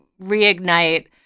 reignite